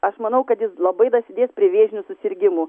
aš manau kad jis labai dasidės prie vėžinių susirgimų